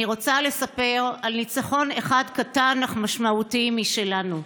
אני רוצה לספר על ניצחון אחד קטן אך משמעותי משלנו.